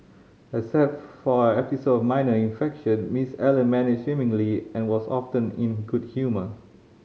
except for an episode of minor infection Miss Allen managed swimmingly and was often in good humour